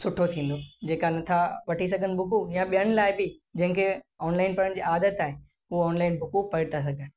सुठो थींदो जेका नथा वठी सघनि बुकूं या ॿियनि लाइ बि जंहिंखे ऑनलाइन पढ़ण जी आदतु आहे हूअ ऑनलाइन बुकूं पढ़ी था सघनि